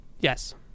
Yes